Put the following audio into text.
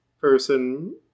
person